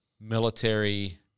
military